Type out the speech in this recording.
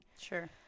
Sure